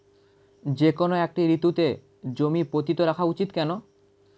যেকোনো একটি ঋতুতে জমি পতিত রাখা উচিৎ কেন?